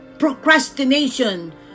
procrastination